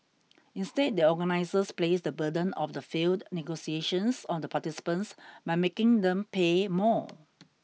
instead the organisers placed the burden of the failed negotiations on the participants by making them pay more